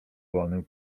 wolnym